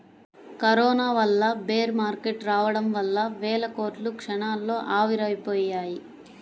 corona వల్ల bear market రావడం వల్ల వేల కోట్లు క్షణాల్లో ఆవిరయ్యాయి